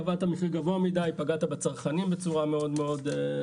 אם קובעים מחיר גבוה מידי אז פוגעים בצרכנים בצורה מאוד משמעותית,